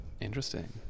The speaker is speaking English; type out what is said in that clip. Interesting